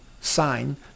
sign